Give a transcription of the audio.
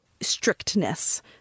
strictness